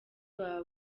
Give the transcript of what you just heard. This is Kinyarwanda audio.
baba